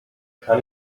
kann